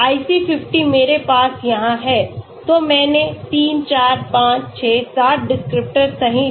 तो IC50 मेरे पास यहाँ है तो मैंने 3 4 5 6 7 डिस्क्रिप्टर सही लिए